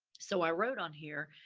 so i wrote on here,